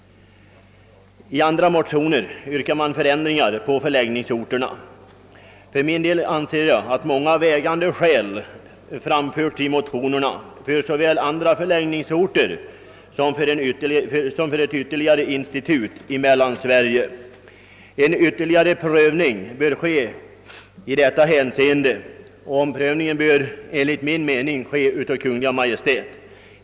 I andra motioner yrkas förändringar i fråga om förläggningsorterna. För min del anser jag att många vägande skäl anförts i motionerna för såväl andra förläggningsorter som ett institut i Mellansverige. Kungl. Maj:t bör enligt min åsikt ytterligare pröva denna fråga.